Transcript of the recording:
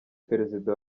perezida